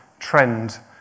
trend